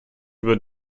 über